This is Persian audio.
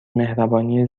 مهربانی